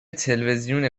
تلوزیون